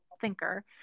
thinker